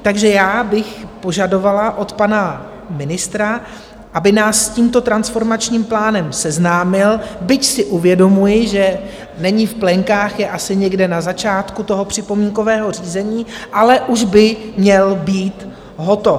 Takže já bych požadovala od pana ministra, aby nás s tímto transformačním plánem seznámil, byť si uvědomuji, že není v plenkách, je asi někde na začátku toho připomínkového řízení, ale už by měl být hotov.